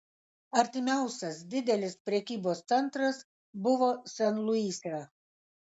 artimiausias didelis prekybos centras buvo sen luise